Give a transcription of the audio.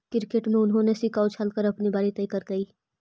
cricket में उन्होंने सिक्का उछाल कर अपनी बारी तय करकइ